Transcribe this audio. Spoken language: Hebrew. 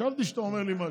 חשבתי שאתה אומר לי משהו.